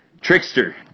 Trickster